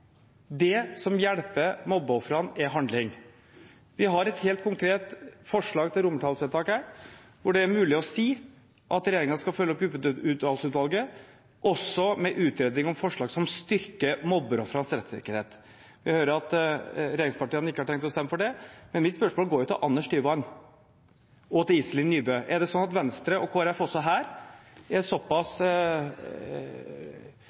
Det som hjelper mobbeofrene, er handling. Vi har et helt konkret forslag til romertallsvedtak her, hvor det er mulig å si at regjeringen skal følge opp Djupedal-utvalget – også med utredning om forslag som styrker mobbeofrenes rettssikkerhet. Vi hører at regjeringspartiene ikke har tenkt å stemme for det, men mitt spørsmål går til Anders Tyvand og til Iselin Nybø: Er det slik at Venstre og Kristelig Folkeparti også her er såpass